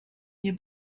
nie